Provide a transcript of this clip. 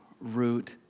root